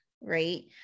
right